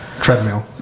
treadmill